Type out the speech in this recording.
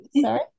Sorry